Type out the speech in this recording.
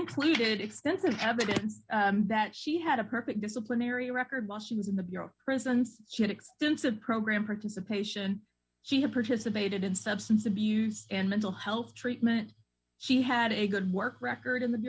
included extensive evidence that she had a perfect disciplinary record while she was in the bureau of prisons she had extensive program participation she had participated in substance abuse and mental health treatment she had a good work record in the